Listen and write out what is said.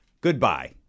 goodbye